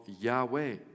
Yahweh